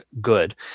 good